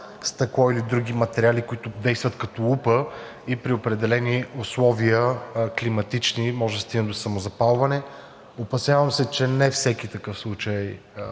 стъкло или други материали, които действат като лупа, и при определени климатични условия може да се стигне до самозапалване. Опасявам се, че не всеки такъв случай е